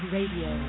Radio